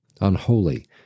unholy